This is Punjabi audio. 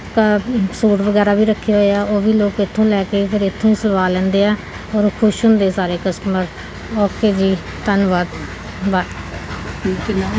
ਇੱਕ ਸੂਟ ਵਗੈਰਾ ਵੀ ਰੱਖੇ ਹੋਏ ਹੈ ਉਹ ਵੀ ਲੋਕ ਇੱਥੋਂ ਲੈ ਕੇ ਫਿਰ ਇੱਥੋਂ ਹੀ ਸਿਲਵਾ ਲੈਂਦੇ ਹੈ ਔਰ ਖੁਸ਼ ਹੁੰਦੇ ਸਾਰੇ ਕਸਟਮਰ ਓਕੇ ਜੀ ਧੰਨਵਾਦ ਬਾ